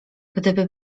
gdyby